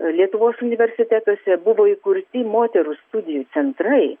lietuvos universitetuose buvo įkurti moterų studijų centrai